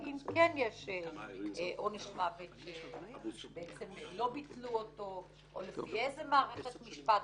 האם כן יש עונש מוות ולא ביטלו אותו או לפי איזו מערכת משפט.